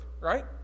right